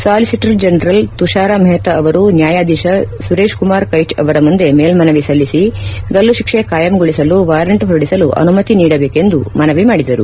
solicitor general Tushar Mehta ಅವರು ನ್ಯಾಯಾಧೀಶ ಸುರೇಶ್ ಕುಮಾರ್ ಕೈಟ್ ಅವರ ಮುಂದೆ ಮೇಲ್ಮನವಿ ಸಲ್ಲಿಸಿ ಗಲ್ಲು ಶಿಕ್ಷೆ ಖಾಯಂಗೊಳಿಸಲು ವಾರೆಂಟ್ ಹೊರಡಿಸಲು ಅನುಮತಿ ನೀಡಬೇಕೆಂದು ಮನವಿ ಮಾದಿದರು